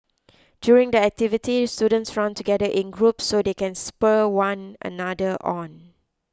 during the activity students run together in groups so they can spur one another on